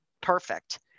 perfect